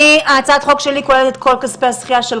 הצעת החוק שלי כוללת את כל כספי הזכייה,